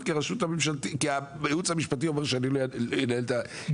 כי היעוץ המשפטי אומר שאני לא אנהל את ה-',